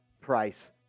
price